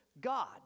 God